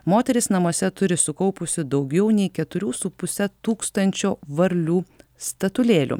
moteris namuose turi sukaupusi daugiau nei keturių su puse tūkstančio varlių statulėlių